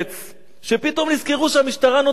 שפתאום נזכרו שהמשטרה נותנת מכות.